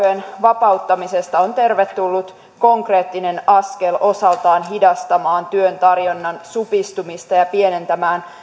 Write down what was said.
vapauttamisesta on tervetullut konkreettinen askel osaltaan hidastamaan työn tarjonnan supistumista ja pienentämään